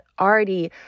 already